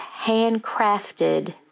handcrafted